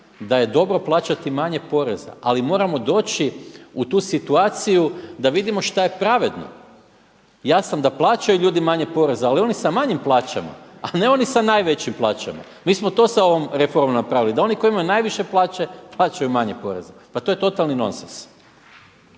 da je dobro plaćati manje poreza ali moramo doći u tu situaciju da vidimo šta je pravedno. Ja sam da plaćaju ljudi manje poreza ali oni sa manjim plaćama, a ne oni sa najvećim plaćama. Mi smo to sa ovom reformom napravili da oni koji imaju najviše plaće plaćaju manje poreze. Pa to je totalni nonsense.